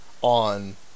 on